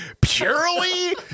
purely